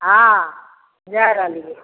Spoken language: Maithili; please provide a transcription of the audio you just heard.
हँ जाए रहलियै